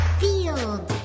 field